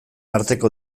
arteko